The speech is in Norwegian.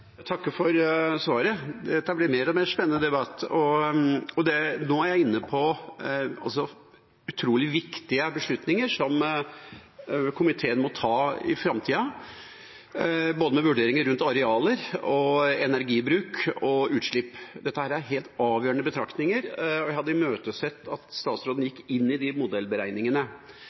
Jeg takker for svaret. Dette blir en mer og mer spennende debatt. Nå er jeg inne på utrolig viktige beslutninger som komiteen må ta i framtida, med vurderinger rundt både areal, energibruk og utslipp. Dette er helt avgjørende betraktninger, og jeg hadde imøtesett at statsråden gikk inn i de modellberegningene.